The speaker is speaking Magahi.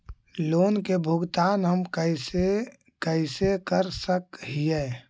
लोन के भुगतान हम कैसे कैसे कर सक हिय?